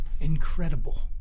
Incredible